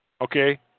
Okay